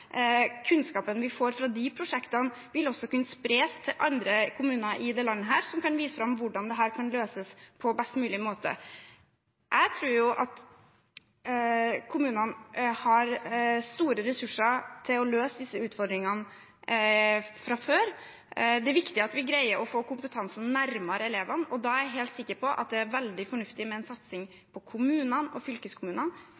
mulig måte. Jeg tror at kommunene har store ressurser til å løse disse utfordringene fra før. Det er viktig at vi greier å få kompetansen nærmere elevene. Da er jeg helt sikker på at det er veldig fornuftig med en